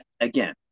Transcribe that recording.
again